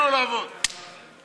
50 בעד, 17 מתנגדים.